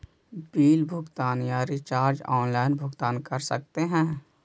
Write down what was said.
Bill भुगतान या recharge online भुगतान कर सकते हैं?